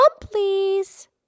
please